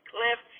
Cliff